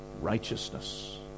righteousness